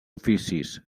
oficis